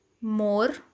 more